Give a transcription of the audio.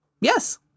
Yes